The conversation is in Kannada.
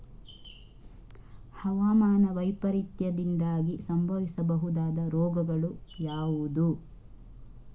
ಹವಾಮಾನ ವೈಪರೀತ್ಯದಿಂದಾಗಿ ಸಂಭವಿಸಬಹುದಾದ ರೋಗಗಳು ಯಾವುದು?